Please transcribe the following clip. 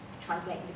translate